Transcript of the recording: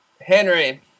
Henry